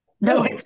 No